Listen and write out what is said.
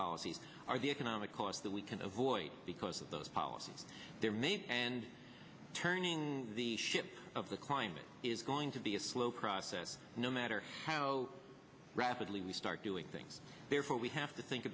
policies are the economic costs that we can avoid because of those policies they're made and turning the ship of the client is going to be a slow process no matter how rapidly we start doing things therefore we have to think